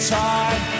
time